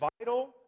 vital